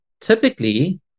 typically